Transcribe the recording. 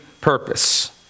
purpose